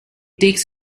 takes